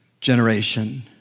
generation